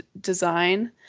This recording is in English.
Design